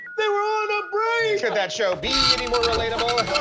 they were on a break! could that show be any more relatable? how